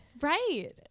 Right